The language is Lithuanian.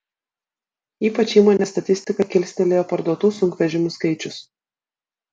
ypač įmonės statistiką kilstelėjo parduotų sunkvežimių skaičius